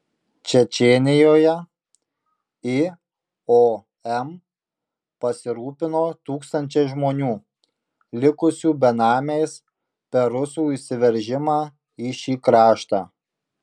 čečėnijoje iom pasirūpino tūkstančiais žmonių likusių benamiais per rusų įsiveržimą į šį kraštą